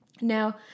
Now